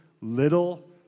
little